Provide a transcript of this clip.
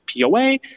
POA